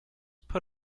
put